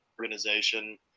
organization